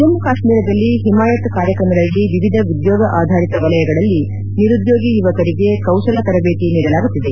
ಜಮ್ಮ ಕಾಶ್ಮೀರದಲ್ಲಿ ಹಿಮಾಯತ್ ಕಾರ್ಯಕ್ರಮದಡಿ ವಿವಿಧ ಉದ್ಲೋಗ ಆಧಾರಿತ ವಲಯಗಳಲ್ಲಿ ನಿರುದ್ಲೋಗ ಯುವಕರಿಗೆ ಕೌಶಲ ತರಬೇತಿ ನೀಡಲಾಗುತ್ತಿದೆ